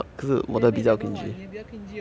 eleven eleven [what] 你的比较 cringey okay